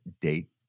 date